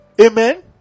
amen